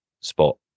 spot